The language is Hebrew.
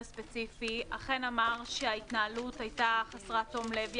ספציפי אכן אמר שההתנהלות היתה חסרת תום לב.